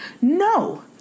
no